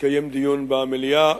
לקיים דיון במליאה.